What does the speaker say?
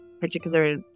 particular